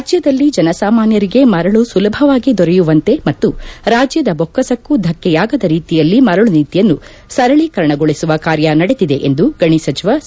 ರಾಜ್ಯದಲ್ಲಿ ಜನಸಾಮಾನ್ದರಿಗೆ ಮರಳು ಸುಲಭವಾಗಿ ದೊರೆಯುವಂತೆ ಮತ್ತು ರಾಜ್ಯದ ದೊಕ್ಕಸಕ್ಕೂ ಧಕ್ಕೆಯಾಗದ ರೀತಿಯಲ್ಲಿ ಮರಳು ನೀತಿಯನ್ನು ಸರಳೀಕರಣಗೊಳಿಸುವ ಕಾರ್ಯ ನಡೆದಿದೆ ಎಂದು ಗಣಿ ಸಚಿವ ಸಿ